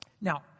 Now